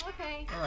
Okay